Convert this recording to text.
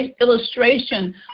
illustration